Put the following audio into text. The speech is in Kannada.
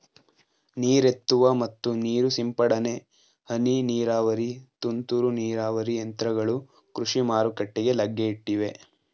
ನೀರೆತ್ತುವ ಮತ್ತು ನೀರು ಸಿಂಪಡನೆ, ಹನಿ ನೀರಾವರಿ, ತುಂತುರು ನೀರಾವರಿ ಯಂತ್ರಗಳು ಕೃಷಿ ಮಾರುಕಟ್ಟೆಗೆ ಲಗ್ಗೆ ಇಟ್ಟಿವೆ